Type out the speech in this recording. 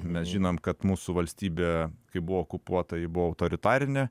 mes žinom kad mūsų valstybė kai buvo okupuota ji buvo autoritarinė